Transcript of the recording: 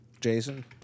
jason